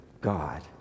God